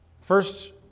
First